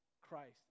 Christ